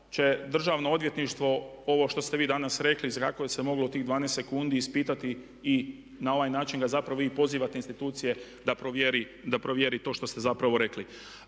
će Državno odvjetništvo ovo što ste vi danas rekli, …/Govornik se ne razumije./… u tih 12 sekundi ispitati i na ovaj način ga zapravo vi pozivate institucije da provjeri to što ste zapravo rekli.